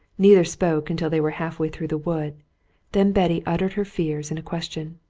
neither spoke until they were half-way through the wood then betty uttered her fears in a question.